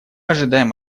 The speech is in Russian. ожидаем